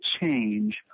change